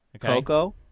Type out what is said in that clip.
Coco